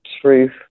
truth